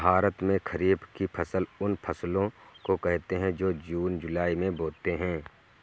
भारत में खरीफ की फसल उन फसलों को कहते है जो जून जुलाई में बोते है